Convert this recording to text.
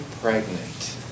pregnant